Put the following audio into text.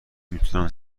میتونم